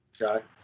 Okay